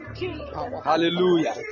Hallelujah